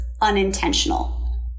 unintentional